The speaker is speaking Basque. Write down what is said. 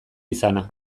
izana